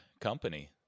company